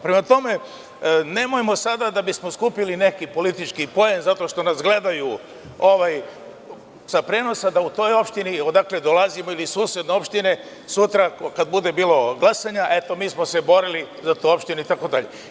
Prema tome, nemojmo sada da bi smo skupili neki politički poen, zato što nas gledaju sa prenosa, da u toj opštini odakle dolazimo ili susedne opštine, sutra kada bude bilo glasanja – eto, mi smo se borili za tu opštinu itd.